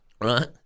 right